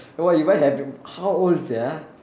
oh why you buy how old sia